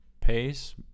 pace